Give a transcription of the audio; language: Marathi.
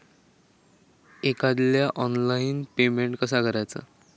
एखाद्याला ऑनलाइन पेमेंट कसा करायचा?